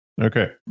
Okay